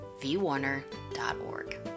vwarner.org